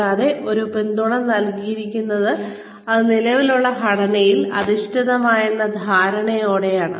കൂടാതെ ഈ പിന്തുണ നൽകിയിരിക്കുന്നത് അത് നിലവിലുള്ള ഒരു ഘടനയിൽ അധിഷ്ഠിതമാണെന്ന ധാരണയോടെയാണ്